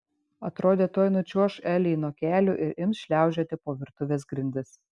atrodė tuoj nučiuoš elei nuo kelių ir ims šliaužioti po virtuvės grindis